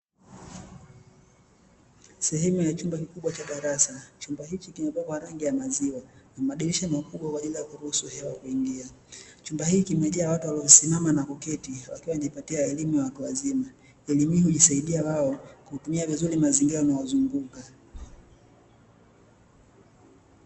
Sehemu ya chumba kikubwa cha darasa. Chumba hiki kimepakwa rangi ya maziwa na madirisha makubwa kwa ajili ya kuruhusu hewa kuingia. Chumba hiki kimejaa watu waliosimama na kuketi wakiwa wanajipatia elimu ya watu wazima. Elimu hii hujisaidia wao kutumia vizuri mazingira yanayowazunguka.